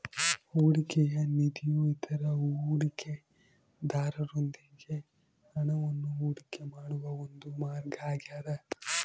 ಹೂಡಿಕೆಯ ನಿಧಿಯು ಇತರ ಹೂಡಿಕೆದಾರರೊಂದಿಗೆ ಹಣವನ್ನು ಹೂಡಿಕೆ ಮಾಡುವ ಒಂದು ಮಾರ್ಗ ಆಗ್ಯದ